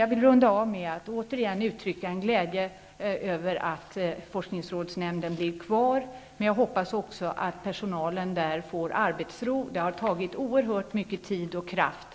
Jag vill avrunda med att återigen uttrycka min glädje över att forskningsrådsnämnden blir kvar. Men jag hoppas också att personalen där får arbetsro. Det har tagits oerhört mycket tid och kraft